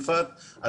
יפעת,